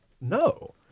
No